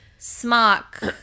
smock